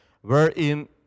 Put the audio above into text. wherein